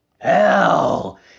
Hell